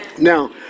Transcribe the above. Now